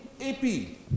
epi